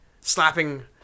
slapping